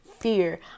fear